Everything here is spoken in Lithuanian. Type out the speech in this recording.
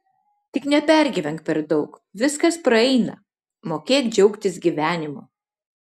tik nepergyvenk per daug viskas praeina mokėk džiaugtis gyvenimu